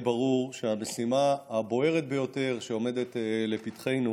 ברור שהמשימה הבוערת ביותר שעומדת לפתחנו